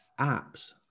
apps